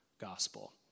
gospel